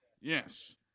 Yes